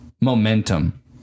momentum